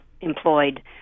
employed